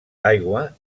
l’aigua